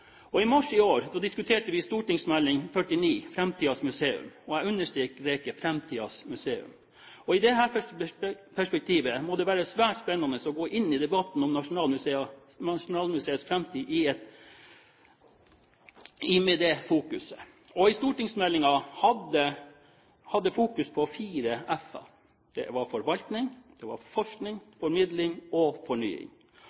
I mars i år diskuterte vi St.meld. nr. 49 for 2008–2009, om framtidens museum, og jeg understreker: framtidens museum. I dette perspektivet må det være svært spennende å gå inn i debatten om Nasjonalmuseets framtid med det fokuset. Stortingsmeldingen hadde fokus på fire f-er. Det var forvaltning,